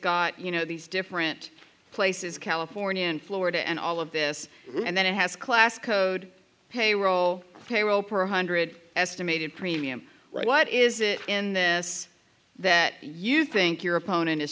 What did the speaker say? got you know these different places california and florida and all of this and then it has class code payroll payroll pro hundred estimated premium right what is it and then this that you think your opponent is